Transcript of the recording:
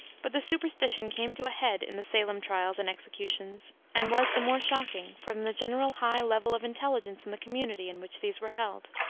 but the superstition came to a head in the salem trials and executions, and was the more shocking from the general high level of intelligence in the community in which these were held.